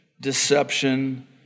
deception